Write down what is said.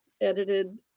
edited